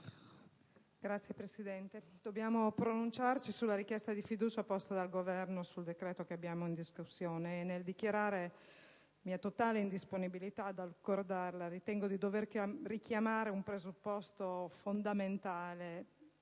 Signora Presidente, dobbiamo pronunciarci sulla richiesta di fiducia posta dal Governo sul decreto-legge in discussione e, nel dichiarare la totale indisponibilità ad accordarla, ritengo di dover richiamare un presupposto fondamentale